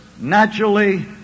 naturally